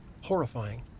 horrifying